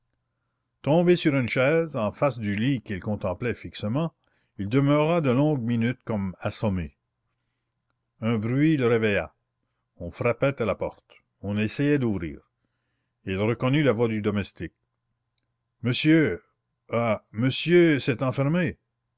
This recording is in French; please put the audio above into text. tombé sur une chaise en face du lit qu'il contemplait fixement il demeura de longues minutes comme assommé un bruit le réveilla on frappait à la porte on essayait d'ouvrir il reconnut la voix du domestique monsieur ah monsieur s'est enfermé